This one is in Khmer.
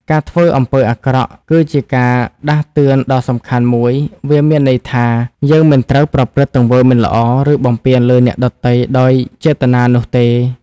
ការធ្វើអំពើអាក្រក់ គឺជាការដាស់តឿនដ៏សំខាន់មួយ វាមានន័យថា យើងមិនត្រូវប្រព្រឹត្តទង្វើមិនល្អ ឬបំពានលើអ្នកដទៃដោយចេតនានោះទេ។